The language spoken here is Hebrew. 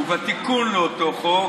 והתיקון לאותו חוק,